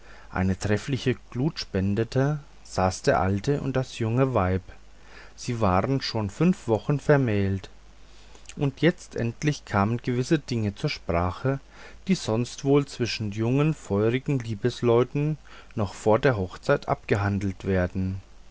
eine treffliche glut spendete saß der alte und das junge weib sie waren schon fünf wochen vermählt und jetzt endlich kamen gewisse dinge zur sprache die sonst wohl zwischen jungen feurigen liebesleuten noch vor der hochzeit abgehandelt werden